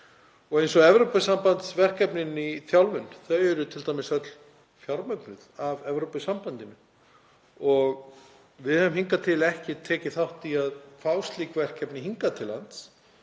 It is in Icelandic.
við slíkt. Evrópusambandsverkefnin í þjálfun eru t.d. öll fjármögnuð af Evrópusambandinu og við höfum hingað til ekki tekið þátt í að fá slík verkefni hingað til lands.